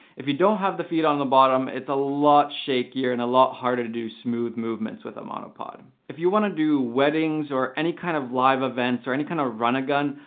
if you don't have the feet on the bottom, it's a lot shakier, and a lot harder to do smooth movements with a monopod. if you wanna do weddings, or any kind of live events, or any kind of run-and-gun,